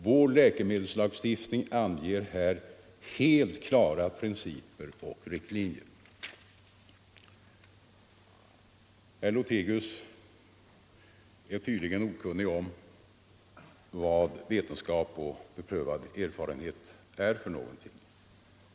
Vår läkemedelslagstiftning anger helt klara principer och riktlinjer härvidlag. Herr Lothigius är tydligen okunnig om vad vetenskap och beprövad erfarenhet är.